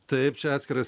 taip čia atskiras